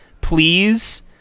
please